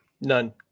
None